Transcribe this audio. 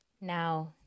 Now